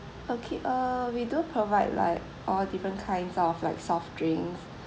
okay uh we do provide like all different kinds of like soft drinks